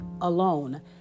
alone